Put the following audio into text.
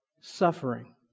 suffering